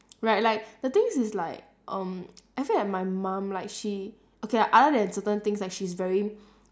right like the thing is like um I feel that my mum like she okay like other than certain things like she's very